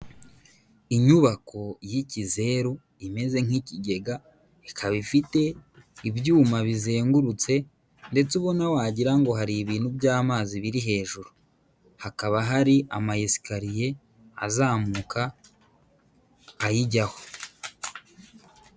Inyubako y'ikizeru imeze nk'ikigega, ikaba ifite ibyuma bizengurutse ndetse ubona wagira ngo hari ibintu by'amazi biri hejuru, hakaba hari ama esikariye azamuka ayijyaho.